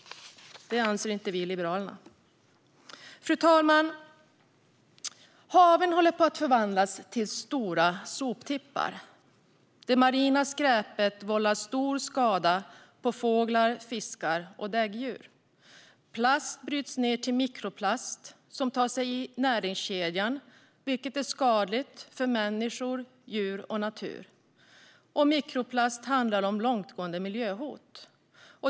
Det anser inte vi i Liberalerna. Fru talman! Haven håller på att förvandlas till stora soptippar. Det marina skräpet vållar stor skada på fåglar, fiskar och däggdjur. Plast bryts ned till mikroplast som tar sig in i näringskedjan, vilket är skadligt för människor, djur och natur. Mikroplast står för långtgående miljöhot.